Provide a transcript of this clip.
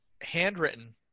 handwritten